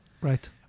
Right